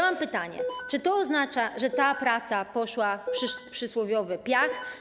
Mam pytanie: Czy to oznacza, że ta praca poszła w przysłowiowy piach?